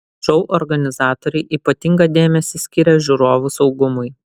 šou organizatoriai ypatingą dėmesį skiria žiūrovų saugumui